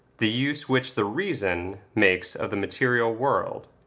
the use which the reason makes of the material world.